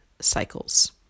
cycles